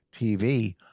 TV